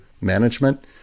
management